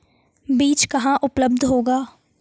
बीज कहाँ उपलब्ध होगा?